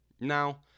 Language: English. Now